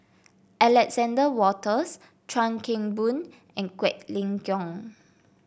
Alexander Wolters Chuan Keng Boon and Quek Ling Kiong